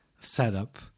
Setup